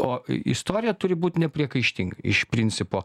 o istorija turi būt nepriekaištinga iš principo